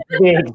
big